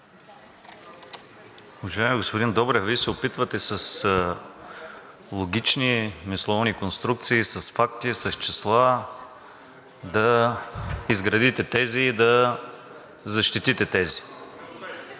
Уважаеми господин Добрев, Вие се опитвате с логични, мисловни конструкции, с факти, с числа да изградите тези и да защитите тези.